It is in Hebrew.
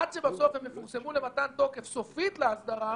עד שבסוף הם יפורסמו למתן תוקף סופי להסדרה,